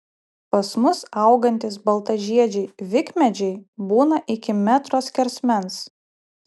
pas mus augantys baltažiedžiai vikmedžiai būna iki metro skersmens